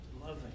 loving